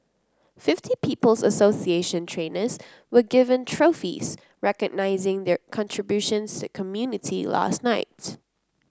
fifty People's Association trainers were given trophies recognising their contributions to the community last night